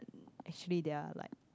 actually they're like